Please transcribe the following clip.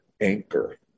anchor